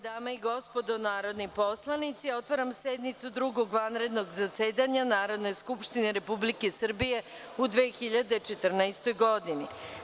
dame i gospodo narodni poslanici, otvaram sednicu Drugog vanrednog zasedanja Narodne skupštine Republike Srbije u 2014. godini.